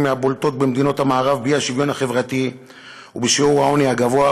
מהבולטות במדינות המערב באי-שוויון חברתי ובשיעור העוני הגבוה,